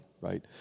right